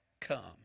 come